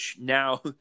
now